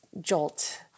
jolt